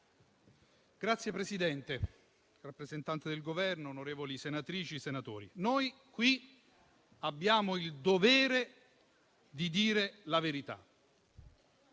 Signora Presidente, rappresentante del Governo, onorevoli senatrici e senatori, noi qui abbiamo il dovere di dire la verità